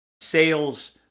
sales